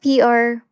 PR